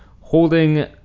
holding